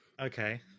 Okay